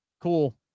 Cool